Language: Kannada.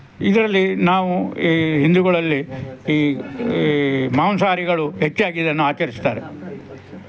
ಇದರಲ್ಲಿ ನಾವು ಈ ಹಿಂದೂಗಳಲ್ಲಿ ಈ ಮಾಂಸಾಹಾರಿಗಳು ಹೆಚ್ಚಾಗಿ ಇದನ್ನು ಆಚರಿಸ್ತಾರೆ